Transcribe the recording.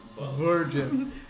Virgin